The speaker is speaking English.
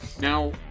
Now